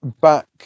back